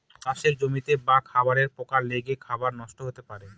চাষের জমিতে বা খাবারে পোকা লেগে খাবার নষ্ট হতে পারে